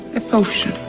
a potion